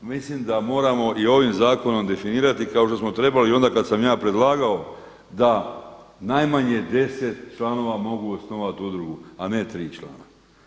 Mislim da moramo i ovim zakonom definirati kao što smo trebali i onda kada sam ja predlagao da najmanje deset članova može osnovati udrugu, a ne tri člana.